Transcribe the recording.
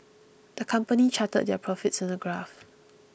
the company charted their profits in a graph